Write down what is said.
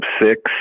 six